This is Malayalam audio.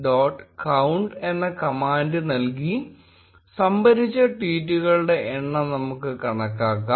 count എന്ന കമാൻഡ് നൽകി സംഭരിച്ച ട്വീറ്റുകളുടെ എണ്ണം നമുക്ക് കണക്കാക്കാം